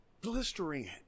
blistering